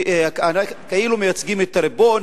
כאילו מייצגים את הריבון,